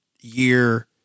year